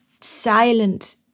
silent